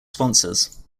sponsors